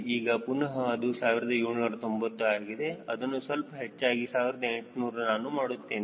ಈಗ ಪುನಹ ಅದು 1790 ಆಗಿದೆ ಅದನ್ನು ಸ್ವಲ್ಪ ಹೆಚ್ಚಾಗಿ 1800 ನಾನು ಮಾಡುತ್ತೇನೆ